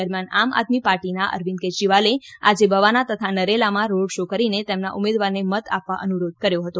દરમિયાન આમ આદમી પાર્ટીના અરવિંદ કેજરીવાલે આજે બવાના તથા નરેલામાં રોડ શો કરીને તેમના ઉમેદવારને મત આપવા અનુરોધ કર્યો હતો